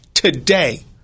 Today